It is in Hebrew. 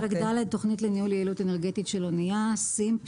פרק ד': תכנית לניהול יעילות אנרגטית של אנייה (SEEMP,